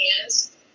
hands